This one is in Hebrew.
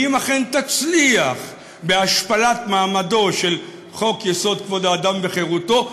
ואם אכן תצליח בהשפלת מעמדו של חוק-יסוד: כבוד האדם וחירותו,